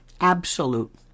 absolute